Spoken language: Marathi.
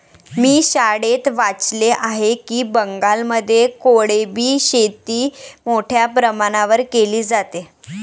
मी शाळेत वाचले आहे की बंगालमध्ये कोळंबी शेती मोठ्या प्रमाणावर केली जाते